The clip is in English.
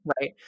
Right